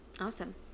Awesome